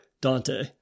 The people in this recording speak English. Dante